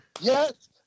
Yes